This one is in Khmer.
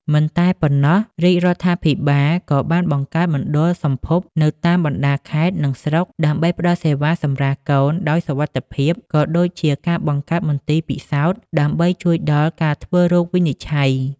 មិនតែប៉ុណ្ណោះ រាជរដ្ឋាភិបាលក៏បានបង្កើតមណ្ឌលសម្ភពនៅតាមបណ្ដាខេត្ត និងស្រុក ដើម្បីផ្ដល់សេវាសម្រាលកូនដោយសុវត្ថិភាព ក៏ដូចជាការបង្កើតមន្ទីរពិសោធន៍ដើម្បីជួយដល់ការធ្វើរោគវិនិច្ឆ័យ។